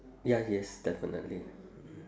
ya yes definitely